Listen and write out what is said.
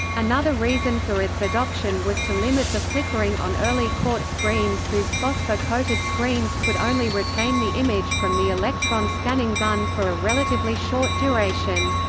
another reason for its adoption was to limit the flickering on early crt screens whose phosphor coated screens could only retain the image from the electron scanning gun for a relatively short duration.